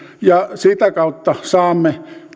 ja sitä kautta saamme